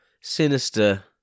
sinister